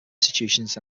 institutions